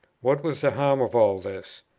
what was the harm of all this?